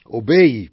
obey